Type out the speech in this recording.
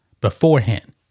beforehand